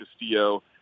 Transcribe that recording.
Castillo